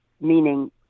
meaning